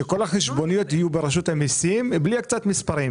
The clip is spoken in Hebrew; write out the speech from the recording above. שכל החשבוניות יהיו ברשות המיסים בלי הקצאת מספרים.